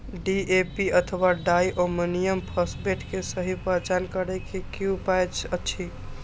DAP अथवा diammonium phosphate के सहि पहचान करे के कि उपाय अछि?